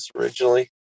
originally